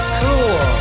cool